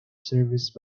serviced